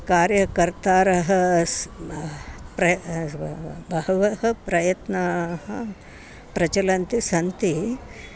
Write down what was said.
कार्यकर्तारः प्र बहवः प्रयत्नाः प्रचलन्तः सन्ति